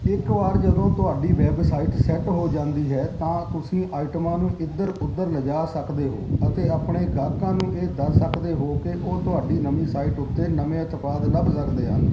ਇੱਕ ਵਾਰ ਜਦੋਂ ਤੁਹਾਡੀ ਵੈੱਬਸਾਈਟ ਸੈੱਟ ਹੋ ਜਾਂਦੀ ਹੈ ਤਾਂ ਤੁਸੀਂ ਆਈਟਮਾਂ ਨੂੰ ਇੱਧਰ ਉੱਧਰ ਲਿਜਾ ਸਕਦੇ ਹੋ ਅਤੇ ਆਪਣੇ ਗਾਹਕਾਂ ਨੂੰ ਇਹ ਦੱਸ ਸਕਦੇ ਹੋ ਕਿ ਉਹ ਤੁਹਾਡੀ ਨਵੀਂ ਸਾਈਟ ਉੱਤੇ ਨਵੇਂ ਉਤਪਾਦ ਲੱਭ ਸਕਦੇ ਹਨ